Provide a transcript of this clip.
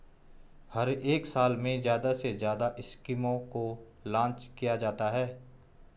हर एक साल में ज्यादा से ज्यादा स्कीमों को लान्च किया जाता है